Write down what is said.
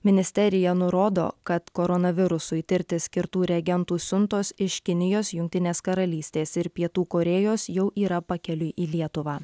ministerija nurodo kad koronavirusui tirti skirtų reagentų siuntos iš kinijos jungtinės karalystės ir pietų korėjos jau yra pakeliui į lietuvą